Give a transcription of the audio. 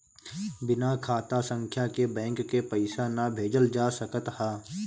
बिना खाता संख्या के बैंक के पईसा ना भेजल जा सकत हअ